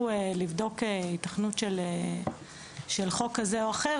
כדי לבדוק היתכנות של חוק כזה או אחר,